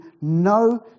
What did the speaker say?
no